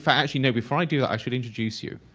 fact you know before i do that i should introduce you.